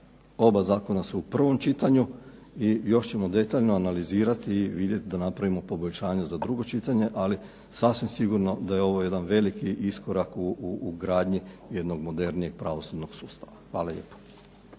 oba zakona su u prvom čitanju i još ćemo detaljno analizirati i vidjeti da napravimo poboljšanja za drugo čitanje. Ali sasvim sigurno da je ovo jedan veliki iskorak u gradnji jednog modernijeg pravosudnog sustava. Hvala lijepo.